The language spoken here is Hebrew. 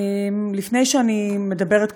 לפני שאני מדברת,